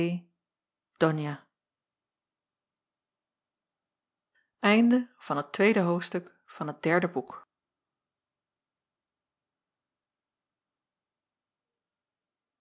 onia e tweede hoofdstuk